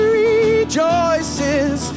rejoices